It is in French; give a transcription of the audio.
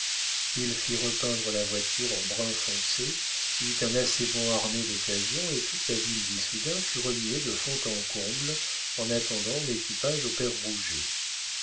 il fit repeindre la voiture en brun foncé eut un assez bon harnais d'occasion et toute la ville d'issoudun fut remuée de fond en comble en attendant l'équipage au père